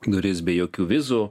duris be jokių vizų